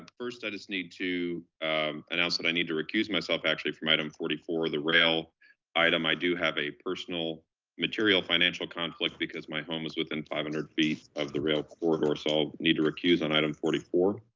first. i just need to announce that i need to recuse myself actually from item forty four of the rail item. i do have a personal material financial conflict because my home is within five hundred feet of the rail corridor. so i'll need to recuse on item forty four.